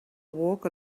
walk